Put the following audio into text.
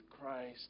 Christ